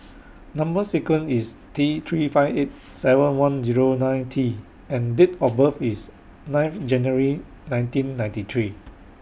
Number sequence IS T three five eight seven one Zero nine T and Date of birth IS nine of January nineteen ninety three